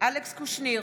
אלכס קושניר,